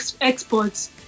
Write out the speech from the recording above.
exports